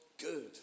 good